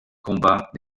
combat